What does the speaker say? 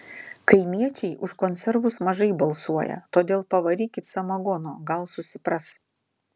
kaimiečiai už konservus mažai balsuoja todėl pavarykit samagono gal susipras